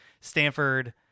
Stanford